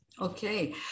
Okay